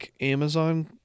Amazon